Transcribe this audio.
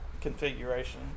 configuration